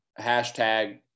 Hashtag